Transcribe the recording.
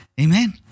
Amen